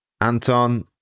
Anton